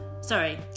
Sorry